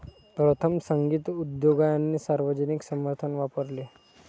प्रथम, संगीत उद्योगाने सार्वजनिक समर्थन वापरले